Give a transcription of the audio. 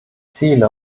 zähle